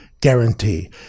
guarantee